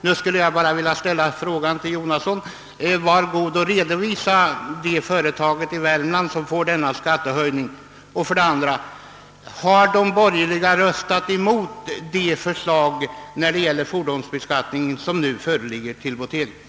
Nu skulle jag vilja be herr Jonasson vara god att namnge det företag i Värmland som får en sådan skattehöjning. Jag skulle även vilja fråga om de borgerliga röstat mot det förslag till fordonsbeskattning som nu föreligger till votering.